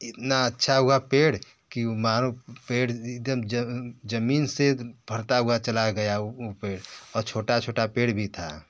इतना अच्छा हुआ पेड़ कि मानो पेड़ एक दम ज़मीन से भरता हुआ चला गया वो पेड़ और छोटा छोटा पेड़ भी था